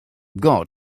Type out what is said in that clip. got